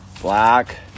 black